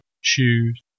shoes